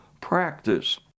practice